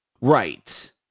Right